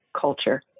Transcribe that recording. culture